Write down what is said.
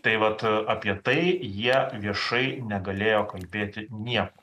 tai vat apie tai jie viešai negalėjo kalbėti nie